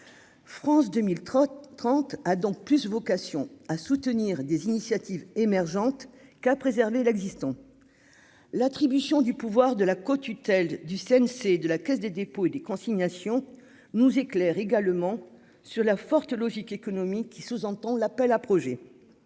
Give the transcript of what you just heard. France 2030 30 ah donc plus vocation à soutenir des initiatives émergentes qu'à préserver l'existant, l'attribution du pouvoir de la co-tutelle du CNC, de la Caisse des dépôts et des consignations nous éclaire également sur la forte logique économique qui sous-entend l'appel à projets,